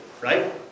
right